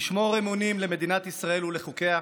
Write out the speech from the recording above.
לשמור אמונים למדינת ישראל ולחוקיה,